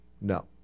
No